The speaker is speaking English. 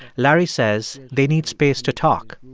larry says they need space to talk,